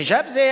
חג'אב זה,